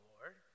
Lord